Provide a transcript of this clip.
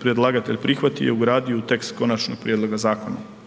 predlagatelj prihvatio i ugradio u tekst konačnog prijedloga zakona.